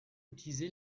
utilisé